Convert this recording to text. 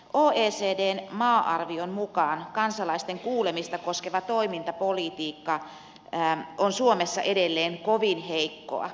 oecdn maa arvion mukaan kansalaisten kuulemista koskeva toimintapolitiikka on suomessa edelleen kovin heikkoa